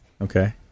Okay